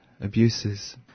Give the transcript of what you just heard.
abuses